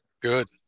Good